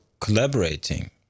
collaborating